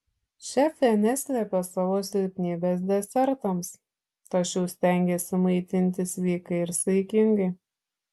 šefė neslepia savo silpnybės desertams tačiau stengiasi maitintis sveikai ir saikingai